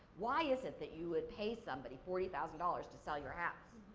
why is it that you would pay somebody forty thousand dollars to sell your house?